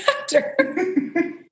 actor